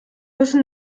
müssen